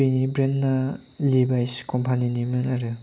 बिनि ब्रेन्डना लिभाइस कमपानिनिमोन आरो